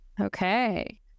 Okay